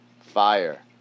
fire